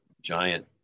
giant